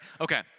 Okay